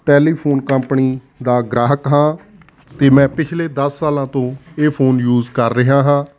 telephone company ਦਾ ਗਰਾਕ ਹਾਂ ਅਤੇ ਮੈਂ ਪਿਛਲੇ ਦਸ ਸਾਲਾਂ ਤੋਂ ਇਹ ਫੋਨ ਯੂਸ ਕਰ ਰਿਹਾ ਹਾਂ